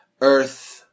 Earth